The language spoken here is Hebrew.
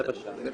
זה בעצם היעדר